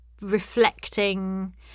reflecting